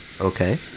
Okay